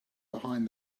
behind